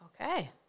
Okay